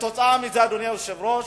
אדוני היושב ראש,